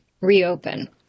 reopen